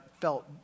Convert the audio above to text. felt